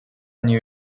new